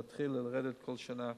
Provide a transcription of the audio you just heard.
צריך להתחיל לרדת כל שנה.